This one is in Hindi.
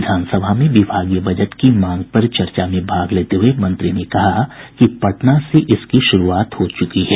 विधानसभा में विभागीय बजट की मांग पर चर्चा में भाग लेते हुये मंत्री ने कहा कि पटना से इसकी शुरूआत हो चुकी है